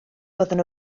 byddwn